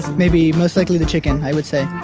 maybe most likely the chicken, i would say.